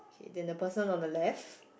then the person on the left